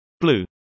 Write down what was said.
Blue